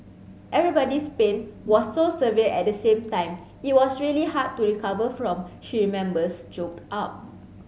everybody's pain was so severe at the same time it was really hard to recover from she remembers choked up